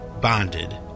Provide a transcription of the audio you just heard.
bonded